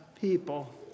people